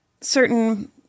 certain